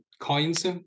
coins